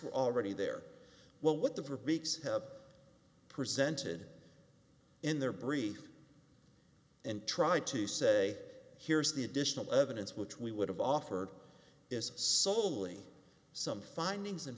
were already there well what the for bigs have presented in their brief and try to say here's the additional evidence which we would have offered is soley some findings in